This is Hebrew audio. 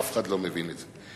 אף אחד לא מבין את זה.